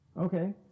Okay